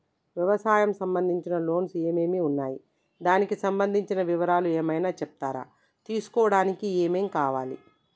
వ్యవసాయం సంబంధించిన లోన్స్ ఏమేమి ఉన్నాయి దానికి సంబంధించిన వివరాలు ఏమైనా చెప్తారా తీసుకోవడానికి ఏమేం కావాలి?